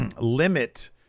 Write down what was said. limit